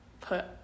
put